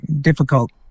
difficult